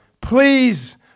Please